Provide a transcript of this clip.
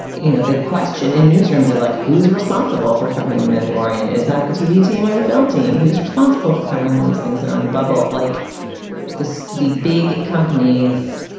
you know, the question in newsrooms are like who's responsible for covering them? and laurean, is that the tv team or the film team? who's responsible for covering all these things that are on the bubble like this? the big companies,